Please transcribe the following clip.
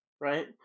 right